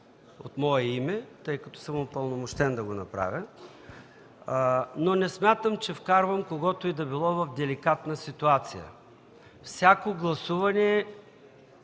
от мое име, тъй като съм упълномощен да го направя. Не смятам, че вкарвам когото и да било в деликатна ситуация. Всяко гласуване